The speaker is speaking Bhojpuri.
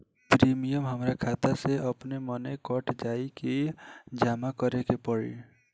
प्रीमियम हमरा खाता से अपने माने कट जाई की जमा करे के पड़ी?